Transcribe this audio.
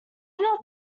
not